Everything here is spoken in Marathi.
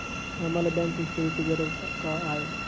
आम्हाला बँकिंग सेवेची गरज का आहे?